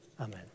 amen